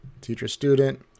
teacher-student